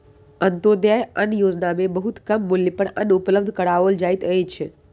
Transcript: अन्त्योदय अन्न योजना में बहुत कम मूल्य पर अन्न उपलब्ध कराओल जाइत अछि